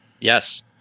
Yes